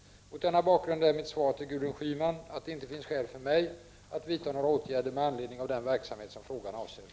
Mot denna bakgrund är mitt svar till Gudrun Schyman att det inte finns skäl för mig att vidta några åtgärder med anledning av den verksamhet som frågan avser.